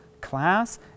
class